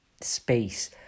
space